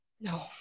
No